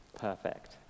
perfect